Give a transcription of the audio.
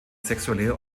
sexuelle